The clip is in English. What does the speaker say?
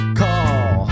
call